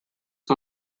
que